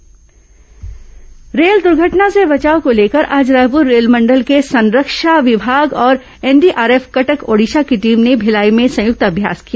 rail दुर्घटना अभ्यास rail दुर्घटना से बचाव को लेकर आज रायपुर रेलमंडल के संरक्षा विभाग और एनडीआरएफ कटक ओडिशा की टीम ने भिलाई में संयुक्त अभ्यास किया